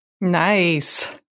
Nice